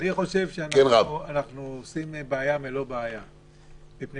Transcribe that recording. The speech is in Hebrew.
אני חושב שאנחנו עושים בעיה מלא בעיה מפני